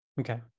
Okay